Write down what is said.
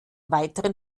weiteren